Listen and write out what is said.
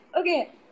okay